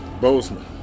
Bozeman